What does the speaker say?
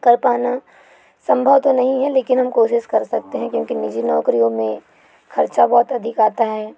कर पाना संभव तो नहीं है लेकिन हम कोशिश कर सकते हैं क्योंकि निजी नौकरियों में खर्चा बहुत अधिक आता है